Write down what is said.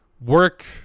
work